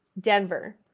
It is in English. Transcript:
Denver